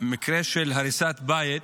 אני אתייחס למקרה של הריסת בית